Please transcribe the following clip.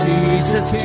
Jesus